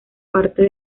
parte